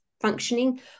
functioning